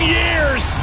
years